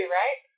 right